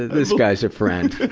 this guy's a friend.